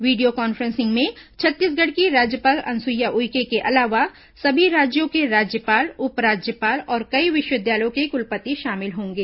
video conferencing में छत्तीसगढ़ की राज्यपाल अनुसुईया उइके के अलावा समी राज्यों के राज्यपाल उपराज्यपाल और कई विश्वविद्यालयों के कुलपति शामिल होंगे